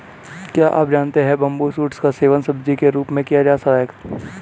क्या आप जानते है बम्बू शूट्स का सेवन सब्जी के रूप में किया जा सकता है?